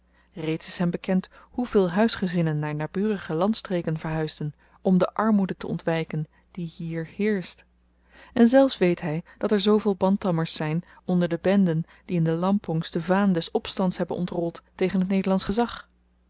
reeds is hem bekend hoeveel huisgezinnen naar naburige landstreken verhuisden om de armoede te ontwyken die hier heerscht en zelfs weet hy dat er zooveel bantammers zyn onder de benden die in de lampongs de vaan des opstands hebben ontrold tegen t nederlandsch gezag